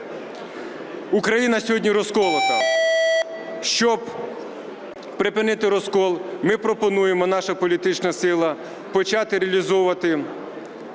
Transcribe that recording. Україна сьогодні розколота. Щоб припинити розкол, ми пропонуємо, наша політична сила, почати реалізовувати